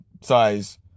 size